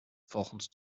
volgens